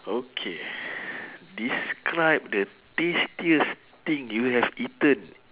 okay describe the tastiest thing you have eaten